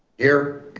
here.